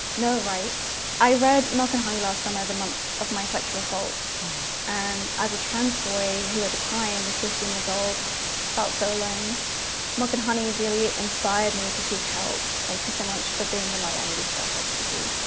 no rights i read milk and honey last summer the month of my sexual assault and as a trans boy who at the time was fifteen years old felt so alone milk, and honey, really inspired me to seek help. thank you so much for being the light i needed to get help our be